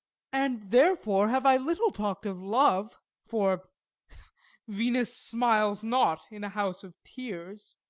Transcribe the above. and therefore have i little talk'd of love for venus smiles not in a house of tears.